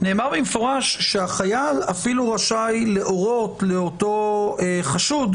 נאמר במפורש שהחייל אפילו רשאי להורות לאותו חשוד,